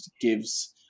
gives